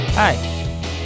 Hi